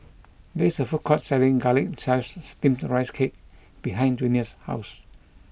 there is a food court selling garlic chives steamed rice cake behind Junia's house